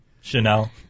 Chanel